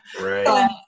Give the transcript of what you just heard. right